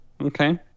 Okay